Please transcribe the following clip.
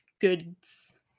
goods